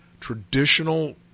traditional